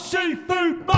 Seafood